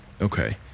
Okay